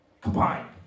combined